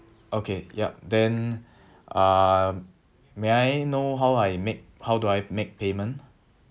okay yup then uh may I know how I make how do I make payment